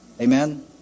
Amen